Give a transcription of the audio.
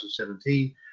2017